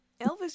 Elvis